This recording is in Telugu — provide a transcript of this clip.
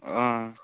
ఆ